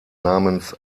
namens